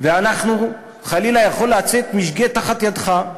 ואנחנו, חלילה יכול לצאת משגה מתחת ידך.